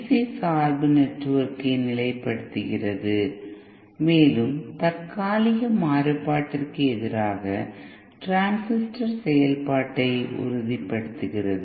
C சார்பு நெட்வொர்க்கை நிலைப்படுத்துகிறது மேலும் தற்காலிக மாறுபாட்டிற்கு எதிராக டிரான்சிஸ்டர் செயல்பாட்டை உறுதிப்படுத்துகிறது